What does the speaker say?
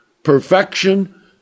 Perfection